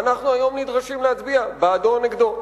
אנחנו היום נדרשים להצביע בעדו או נגדו.